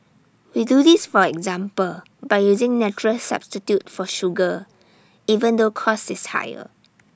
we do this for example by using natural substitute for sugar even though cost is higher